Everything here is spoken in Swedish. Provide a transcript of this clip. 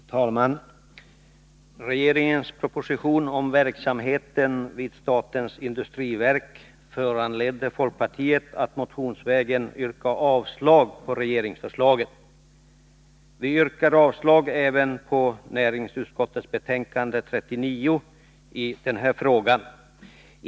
Fru talman! Regeringens proposition om verksamheten vid statens industriverk föranledde folkpartiet att motionsvägen yrka avslag på regeringsförslaget. Vi yrkar avslag även på hemställan i näringsutskottets betänkande nr 39 i samma fråga.